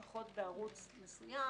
לפחות בערוץ מסוים,